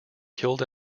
killed